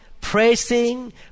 praising